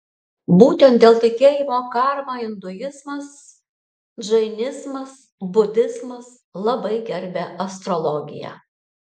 būtent dėl tikėjimo karma induizmas džainizmas budizmas labai gerbia astrologiją